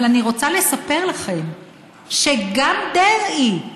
אבל אני רוצה לספר לכם שגם דרעי,